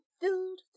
filled